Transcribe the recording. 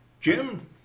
Jim